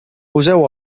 poseu